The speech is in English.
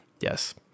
Yes